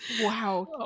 wow